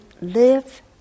live